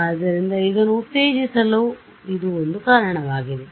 ಆದ್ದರಿಂದ ಅದನ್ನು ಉತ್ತೇಜಿಸಲು ಇದು ಒಂದು ಕಾರಣವಾಗಿದೆ